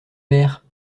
mère